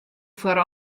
foar